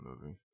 movie